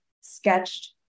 sketched